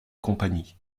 compagnie